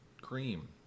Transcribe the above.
cream